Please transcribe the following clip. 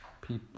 people